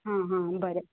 हां हां बरें